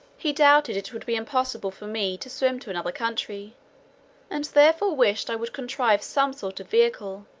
he doubted it would be impossible for me to swim to another country and therefore wished i would contrive some sort of vehicle,